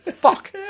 Fuck